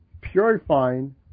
purifying